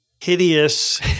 hideous